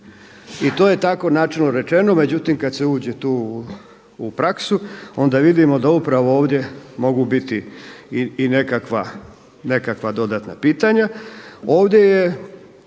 I to je tako načelno rečeno, međutim kada se uđe tu u praksu onda vidimo da upravo ovdje mogu biti i nekakva dodatna pitanja.